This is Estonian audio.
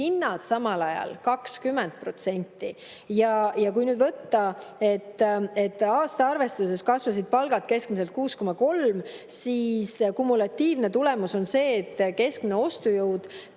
hinnad samal ajal 20%. Ja kui nüüd võtta, et aasta arvestuses kasvasid palgad keskmiselt 6,3%, siis kumulatiivne tulemus on see, et keskmine ostujõud